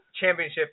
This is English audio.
championship